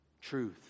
Truth